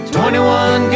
21